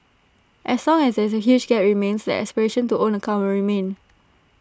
as long as this huge gap remains the aspiration to own A car will remain